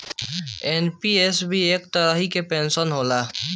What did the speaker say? NPS भी एक तरही कअ पेंशन होला